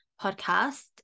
podcast